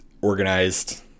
organized